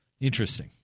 Interesting